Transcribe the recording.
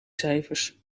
cijfers